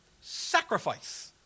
Sacrifice